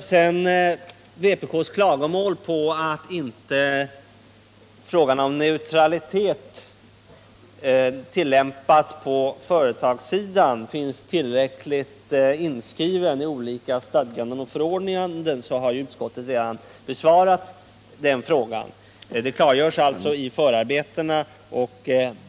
Sedan klagar vpk på att frågan om neutraliteten tillämpad på företagssidan inte i tillräckligt hög grad är inskriven i olika stadganden och förordningar. Detta har dock utskottet redan besvarat. Det klargörs i förarbetena att